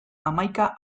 hamaika